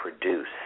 produce